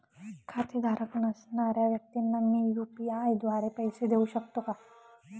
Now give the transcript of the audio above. खातेधारक नसणाऱ्या व्यक्तींना मी यू.पी.आय द्वारे पैसे देऊ शकतो का?